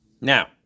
Now